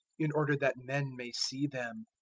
in order that men may see them.